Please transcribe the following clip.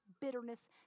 bitterness